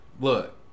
Look